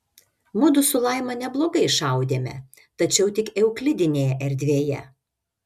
mudu su laima neblogai šaudėme tačiau tik euklidinėje erdvėje